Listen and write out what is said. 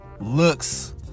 looks